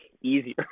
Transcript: easier